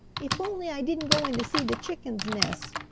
if only i didn't go in to see the chickens nests,